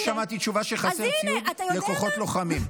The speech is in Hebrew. לא שמעתי תשובה שחסר ציוד לכוחות לוחמים.